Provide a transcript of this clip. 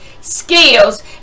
skills